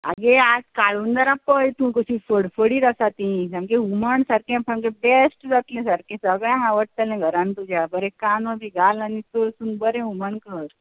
आगे आज काळुंदरां पळय तूं कशीं फडफडीत आसा तीं सामकें हुमण सारकें सामकें बॅश्ट जात्लें सारकें सगळ्यांक आवडटलें घरान तुज्या बरें कांदो बी घाल आनी तळसून बरें हुमण कर